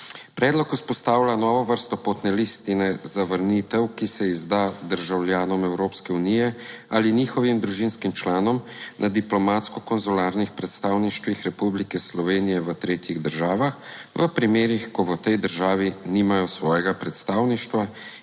Predlog vzpostavlja novo vrsto potne listine za vrnitev, ki se izda državljanom Evropske unije ali njihovim družinskim članom na diplomatsko konzularnih predstavništvih Republike Slovenije v tretjih državah v primerih, ko v tej državi nimajo svojega predstavništva